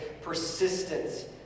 persistence